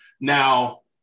Now